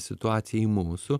situacija į mūsų